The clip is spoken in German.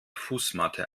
fußmatte